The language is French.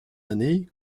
années